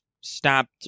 stopped